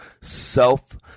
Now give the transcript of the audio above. self